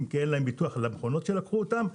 כי אין להם ביטוח למכוניות שלקחו אותם,